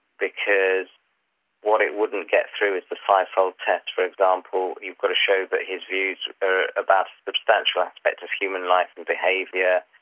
because what it wouldn't get through is the but fivefold test, for example, you've got to show that his views are about a substantial aspect of human life and behaviour,